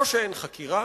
או שאין חקירה